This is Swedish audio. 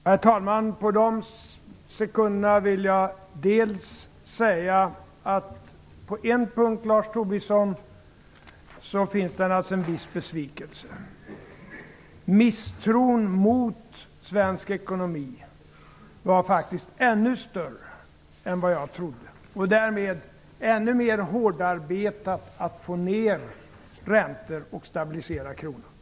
Herr talman! På de sekunder jag har kvar vill jag säga till Lars Tobisson att på en punkt finns det naturligtvis en viss besvikelse. Misstron mot svensk ekonomi var faktiskt ännu större än jag trodde. Därmed var det ännu mer hårdarbetat att få ner räntor och att stabilisera kronan.